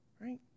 right